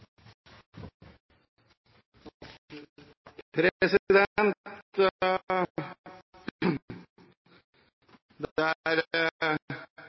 president. Det er